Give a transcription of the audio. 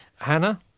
Hannah